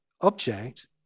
object